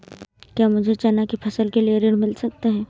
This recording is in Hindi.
क्या मुझे चना की फसल के लिए ऋण मिल सकता है?